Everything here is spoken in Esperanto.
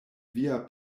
via